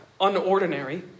unordinary